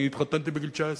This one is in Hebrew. אני התחתנתי בגיל 19,